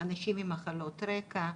אנשים עם מחלות רקע,